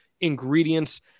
ingredients